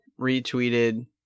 retweeted